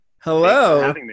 Hello